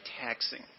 taxing